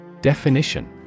Definition